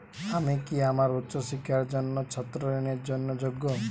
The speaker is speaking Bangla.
আমি কি আমার উচ্চ শিক্ষার জন্য ছাত্র ঋণের জন্য যোগ্য?